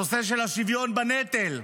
הנושא של השוויון בנטל,